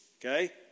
Okay